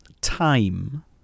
time